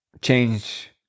change